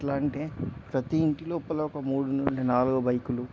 ఎట్లా అంటే ప్రతి ఇంటిలోపల కూడా ఒక మూడు నుండి నాలుగు బైకులు